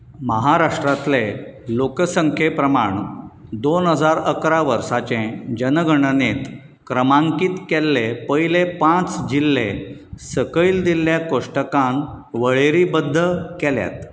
महाराष्ट्रांतले लोकसंख्ये प्रमाण दोन हजार इकरा वर्साचे जनगणनेत क्रमांकीत केल्ले पयले पांच जिल्ले सकयल दिल्ल्या कोश्टकांत वळेरीबद्द केल्यात